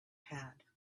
had